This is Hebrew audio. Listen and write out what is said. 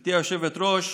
גברתי היושבת-ראש,